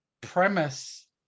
premise